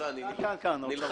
אני נלחם בשבילו.